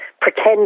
pretend